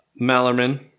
Mallerman